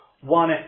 one